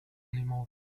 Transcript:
anymore